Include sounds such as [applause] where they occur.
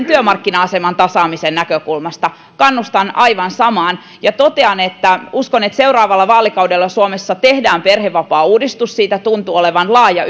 [unintelligible] työmarkkina aseman tasaamisen näkökulmasta kannustan siihen ja totean että uskon että seuraavalla vaalikaudella suomessa tehdään perhevapaauudistus siitä tuntuu olevan laaja [unintelligible]